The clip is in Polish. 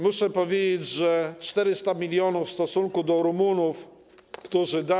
Muszę powiedzieć, że 400 mln w stosunku do Rumunów, którzy dali.